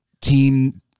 team